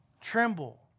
Tremble